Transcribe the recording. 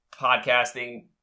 podcasting